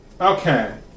Okay